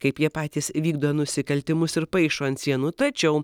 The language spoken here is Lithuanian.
kaip jie patys vykdo nusikaltimus ir paišo ant sienų tačiau